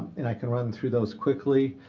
and i can run through those quickly.